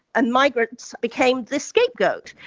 and migrants became the scapegoat.